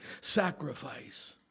sacrifice